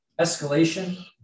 Escalation